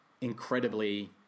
incredibly